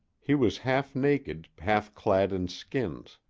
he was half naked, half clad in skins.